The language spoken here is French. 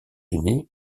unis